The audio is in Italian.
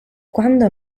quando